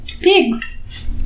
Pigs